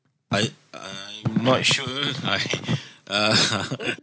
I I'm not sure I uh